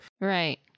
Right